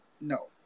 no